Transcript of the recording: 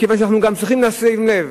ואנחנו צריכים לשים לב